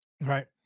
right